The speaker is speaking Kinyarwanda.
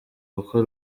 kuko